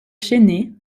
chênaie